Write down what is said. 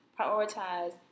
prioritize